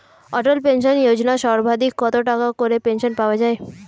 অটল pension Yojana সর্বাধিক কত টাকা করে পেনশন পাওয়া যায়?